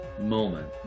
moment